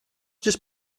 just